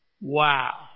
wow